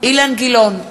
אילן גילאון,